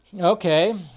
Okay